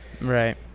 Right